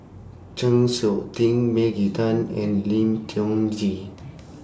Chng Seok Tin Maggie Teng and Lim Tiong Ghee